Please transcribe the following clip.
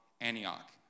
Antioch